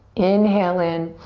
inhale in.